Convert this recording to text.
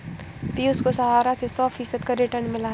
पियूष को सहारा से सौ फीसद का रिटर्न मिला है